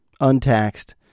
untaxed